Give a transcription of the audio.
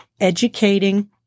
educating